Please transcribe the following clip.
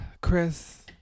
chris